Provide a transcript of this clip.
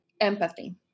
empathy